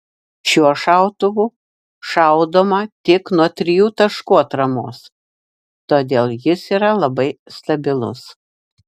šiuo šautuvu šaudoma tik nuo trijų taškų atramos todėl jis yra labai stabilus